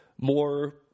more